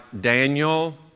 Daniel